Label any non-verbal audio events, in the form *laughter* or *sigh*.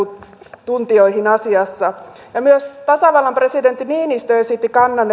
asiantuntijoihin asiassa myös tasavallan presidentti niinistö esitti kannan *unintelligible*